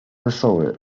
wesoły